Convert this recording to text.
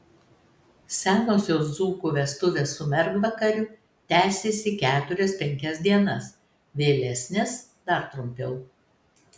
senosios dzūkų vestuvės su mergvakariu tęsėsi keturias penkias dienas vėlesnės dar trumpiau